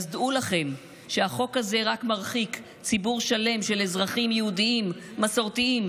אז דעו לכם שהחוק הזה רק מרחיק ציבור שלם אזרחים יהודים מסורתיים,